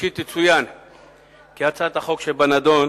ראשית יצוין כי הצעת החוק שבנדון,